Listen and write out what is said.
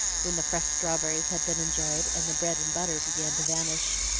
when the fresh strawberries had been enjoyed, and the bread and butter began to vanish.